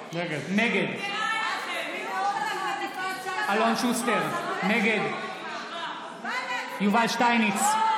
נגד אלון שוסטר, נגד יובל שטייניץ, אינו